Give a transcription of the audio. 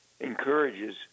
encourages